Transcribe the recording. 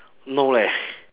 no leh